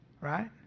right